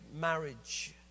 marriage